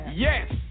Yes